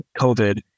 COVID